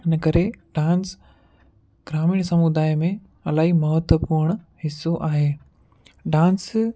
हिन करे डांस ग्रामीन समुदाय में इलाही महत्वपूर्ण हिसो आहे डांस